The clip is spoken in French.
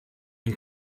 une